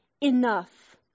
enough